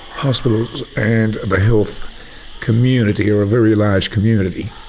hospitals and the health community are a very large community,